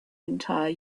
entire